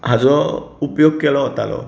हाचो उपयोग केलो वतालो